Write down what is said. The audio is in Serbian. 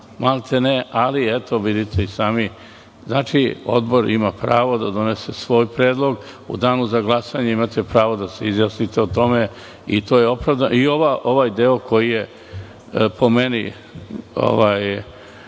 maltene, ali eto, vidite i sami. Znači, Odbor ima pravo da donese svoj predlog, u danu za glasanje imate pravo da se izjasnite o tome i ovaj deo koji je, po meni, vrlo